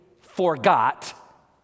forgot